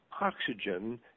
oxygen